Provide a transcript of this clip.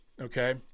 Okay